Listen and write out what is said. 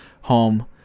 home